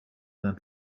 than